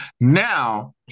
Now